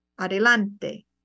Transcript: Adelante